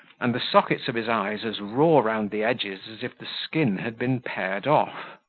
and the sockets of his eyes as raw round the edges as if the skin had been pared off.